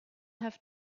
have